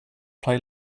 play